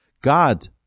God